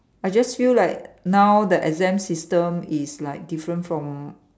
I just feel like now the exam system is like different from